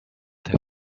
der